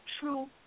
true